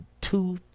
two